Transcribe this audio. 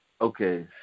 Okay